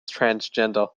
transgender